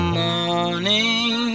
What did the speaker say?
morning